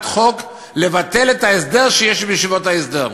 חוק לבטל את ההסדר שיש עם ישיבות ההסדר.